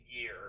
year